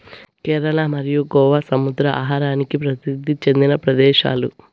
కేరళ మరియు గోవా సముద్ర ఆహారానికి ప్రసిద్ది చెందిన ప్రదేశాలు